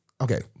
okay